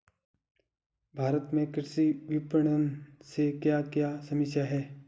भारत में कृषि विपणन से क्या क्या समस्या हैं?